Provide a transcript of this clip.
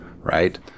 right